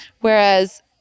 Whereas